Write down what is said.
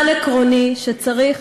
לא אמרתי את זה, וזה לא נכון,